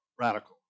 Radical